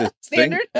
Standard